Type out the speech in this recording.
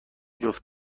جفت